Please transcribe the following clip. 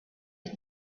had